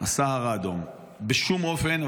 הסהר האדום או הצלב האדום?